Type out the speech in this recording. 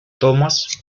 thomas